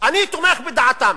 אני תומך בדעתם.